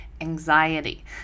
Anxiety